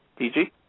DG